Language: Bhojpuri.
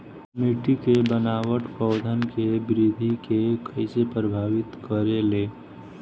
मिट्टी के बनावट पौधन के वृद्धि के कइसे प्रभावित करे ले?